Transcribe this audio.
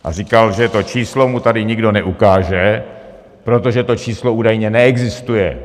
A říkal, že to číslo mu tady nikdo neukáže, protože to číslo údajně neexistuje.